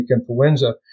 influenza